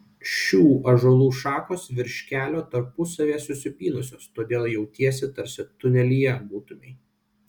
šių ąžuolų šakos virš kelio tarpusavyje susipynusios todėl jautiesi tarsi tunelyje būtumei